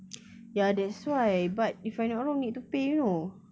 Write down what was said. ya that's why but if I not wrong need to pay you know